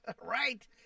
right